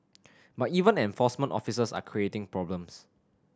but even enforcement officers are creating problems